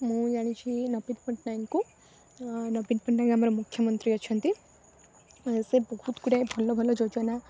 ମୁଁ ଜାଣିଛି ନବୀନ ପଟ୍ଟନାୟକଙ୍କୁ ନବୀନ ପଟ୍ଟନାୟକ ଆମର ମୁଖ୍ୟମନ୍ତ୍ରୀ ଅଛନ୍ତି ସେ ବହୁତ ଗୁଡ଼ାଏ ଭଲ ଭଲ ଯୋଜନା